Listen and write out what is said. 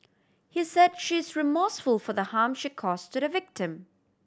he said she is remorseful for the harm she cause to the victim